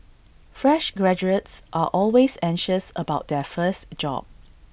fresh graduates are always anxious about their first job